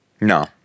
No